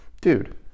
dude